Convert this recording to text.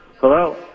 Hello